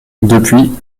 depuis